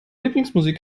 lieblingsmusik